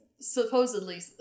supposedly